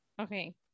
Okay